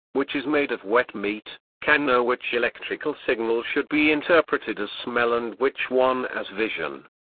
which is made of wet meat, can know which electrical signal should be interpreted as smell and which one as vision,